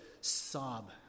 sob